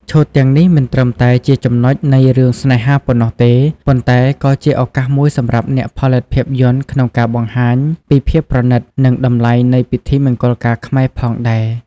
ឈុតទាំងនេះមិនត្រឹមតែជាចំណុចនៃរឿងស្នេហាប៉ុណ្ណោះទេ ប៉ុន្តែក៏ជាឱកាសមួយសម្រាប់អ្នកផលិតភាពយន្តក្នុងការបង្ហាញពីភាពប្រណីត និងតម្លៃនៃពិធីមង្គលការខ្មែរផងដែរ។